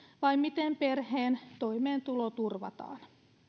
vai miten perheen toimeentulo turvataan